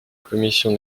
commission